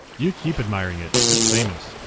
you keep admiring it it's famous.